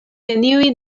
neniuj